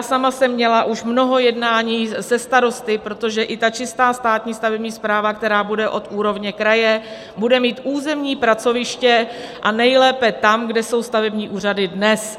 Sama jsem měla už mnoho jednání se starosty, protože i čistá státní stavební správa, která bude od úrovně kraje, bude mít územní pracoviště, a nejlépe tam, kde jsou stavební úřady dnes.